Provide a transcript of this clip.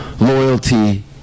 loyalty